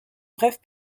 brève